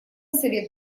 совет